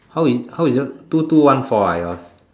how is how is yours two two one four ah yours